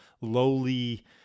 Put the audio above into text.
lowly